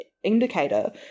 indicator